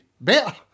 better